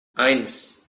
eins